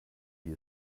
wie